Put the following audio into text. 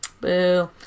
Boo